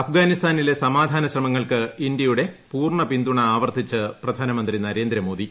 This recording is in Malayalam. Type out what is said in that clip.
അഫ്ഗാനിസ്ഥാനില്ലിസ്മാധാന ശ്രമങ്ങൾക്ക് ഇന്ത്യയുടെ പൂർണ്ണ പിന്തുണ ആവർത്തിച്ച് പ്രധാനമന്ത്രി നരേന്ദ്രമോദി